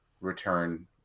return